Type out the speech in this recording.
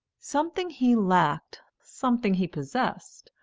something he lacked, something he possessed,